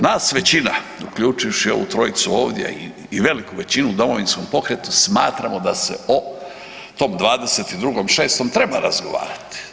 Nas većina, uključivši ovu trojicu ovdje i veliku većinu Domovinskog pokreta smatramo da se o tom 22.6. treba razgovarati.